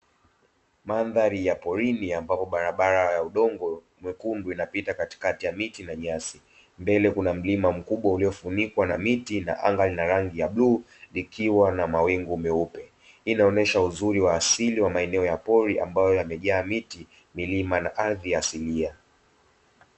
Mandhari ya porini, ambapo barabara ya udongo mwekundu inapita katikati ya miti na nyasi, mbele kuna mlima mkubwa uliofunikwa na miti na anga lina rangi ya bluu likiwa na mawingu meupe, hii inaonesha uzuri wa asili wa maeneo ya pori ambayo yamejaa miti, milima na ardhi asilia.